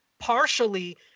partially